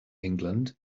england